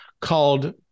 called